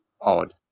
odd